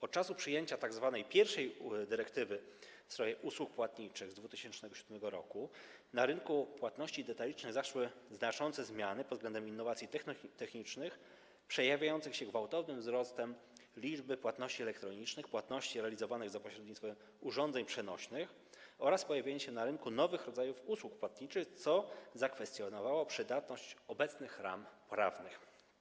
Od czasu przyjęcia tzw. pierwszej dyrektywy w sprawie usług płatniczych z 2007 r. na rynku płatności detalicznych zaszły znaczące zmiany pod względem innowacji technicznych przejawiające się gwałtownym wzrostem liczby płatności elektronicznych, płatności realizowanych za pośrednictwem urządzeń przenośnych oraz pojawieniem się na rynku nowych rodzajów usług płatniczych, co zakwestionowało przydatność obecnych ram prawnych.